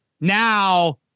now